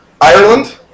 Ireland